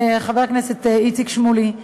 חבר הכנסת איציק שמולי,